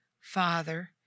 Father